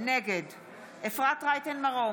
נגד אפרת רייטן מרום,